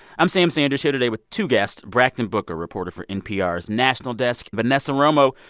i'm sam sanders here today with two guests, brakkton booker, reporter for npr's national desk vanessa romo,